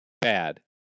bad